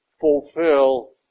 fulfill